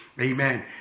Amen